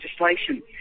legislation